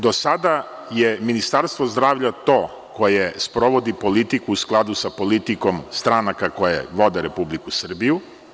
Do sada je Ministarstvo zdravlja to koje sprovodi politiku u skladu sa politikom stranaka koje vode Republiku Srbiju.